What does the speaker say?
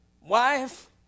Wife